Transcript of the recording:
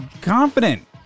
confident